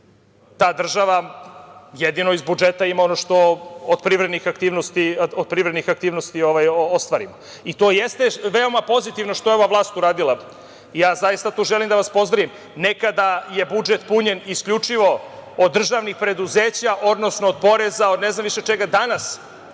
Ta država jedino iz budžeta ima ono što od privrednih aktivnosti ostvarimo. To jeste veoma pozitivno što je ova vlast uradila, ja zaista tu želim da vas pozdravim. Nekada je budžet punjen isključivo od državnih preduzeća, odnosno od poreza, od ne znam više čega. Danas,